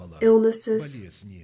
illnesses